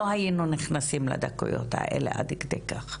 לא היינו נכנסים לדקויות האלה עד כדי כך.